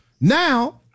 Now